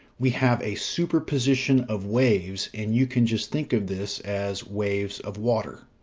we have a superposition of waves, and you can just think of this as waves of water.